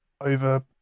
over